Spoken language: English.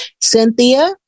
Cynthia